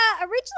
originally